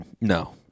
No